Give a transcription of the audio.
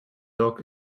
dog